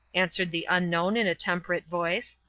answered the unknown in a temperate voice.